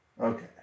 Okay